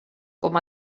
com